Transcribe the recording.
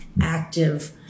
active